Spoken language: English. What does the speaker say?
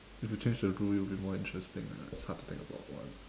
if you change to the rule it'll be more interesting ah it's hard to think about one